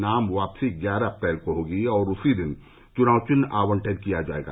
नाम वापसी ग्यारह अप्रैल को होगी और उसी दिन चुनाव चिन्ह का आवंटन किया जायेगा